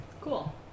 Cool